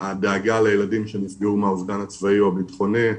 הדאגה לילדים שנפגעו מהאובדן הצבאי או הבטחוני,